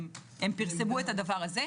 והם פרסמו את זה.